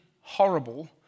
horrible